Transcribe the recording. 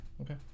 Okay